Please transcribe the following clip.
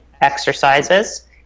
exercises